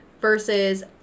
versus